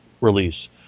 release